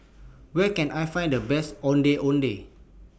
Where Can I Find The Best Ondeh Ondeh